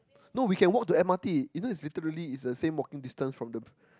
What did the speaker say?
no we can walk to M_R_T even if literally it is same walking distance from the